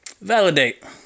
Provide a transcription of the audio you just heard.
validate